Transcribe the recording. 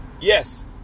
Yes